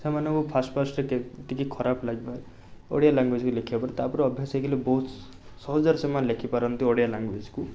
ସେମାନଙ୍କୁ fast fast ଟିକିଏ ଟିକିଏ ଖରାପ ଲାଗିବ ଓଡ଼ିଆ ଲାଙ୍ଗୁଏଜ୍ରେ ଲେଖିବାପାଇଁ ତା'ପରେ ଅଭ୍ୟାସ ହେଇଗଲେ ବହୁତ ସହଜରେ ସେମାନେ ଲେଖିପାରନ୍ତି ଓଡ଼ିଆ ଲାଙ୍ଗୁଏଜ୍କୁ